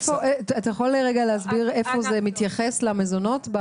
אתה יכול רגע להסביר איפה זה מתייחס למזונות?